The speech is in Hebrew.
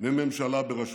מממשלה בראשותי.